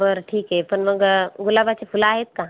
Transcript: बरं ठीक आहे पण मग गुलाबाचे फुलं आहेत का